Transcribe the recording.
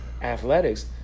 athletics